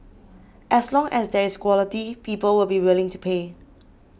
as long as there is quality people will be willing to pay